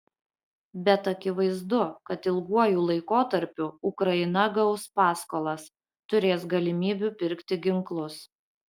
bet akivaizdu kad ilguoju laikotarpiu ukraina gaus paskolas turės galimybių pirkti ginklus